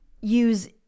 use